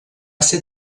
ser